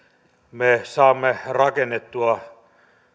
me saamme rakennettua